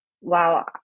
wow